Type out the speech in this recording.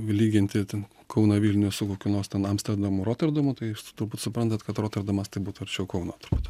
lyginti ten kauną vilnių su kokiu nors ten amsterdamu roterdamu tai turbūt suprantat kad roterdamas tai būtų arčiau kauno turbūt